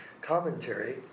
commentary